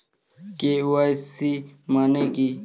KYC মানে কী?